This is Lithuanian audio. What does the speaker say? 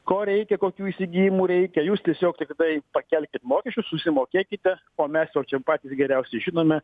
ko reikia kokių įsigijimų reikia jūs tiesiog tiktai pakelkit mokesčius susimokėkite o mes jau čia patys geriausiai žinome